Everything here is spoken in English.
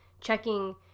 Checking